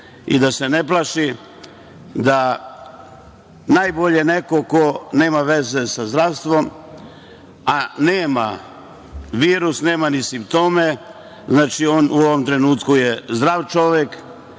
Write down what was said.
da se ne plaši, da najbolje neko ko nema veze sa zdravstvom, a nema virus, nema ni simptome, on je u ovom trenutku zdrav čovek,